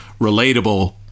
relatable